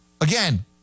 again